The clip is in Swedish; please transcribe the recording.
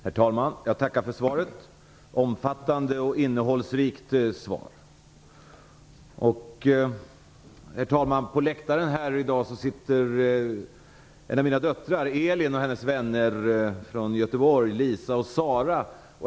Herr talman! Jag tackar för svaret som var omfattande och innehållsrikt. Herr talman! På läktaren här i dag sitter en av mina döttrar Elin och hennes vänner från Göteborg, Lisa och Sara.